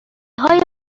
های